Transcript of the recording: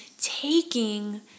taking